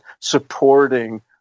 supporting